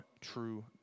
true